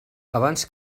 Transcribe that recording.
abans